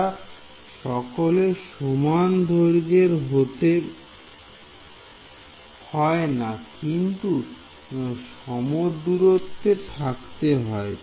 এরা সকলে সমান দৈর্ঘ্যের হতে হয় না কিন্তু সমদূরত্বে থাকতে হয়